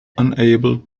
unable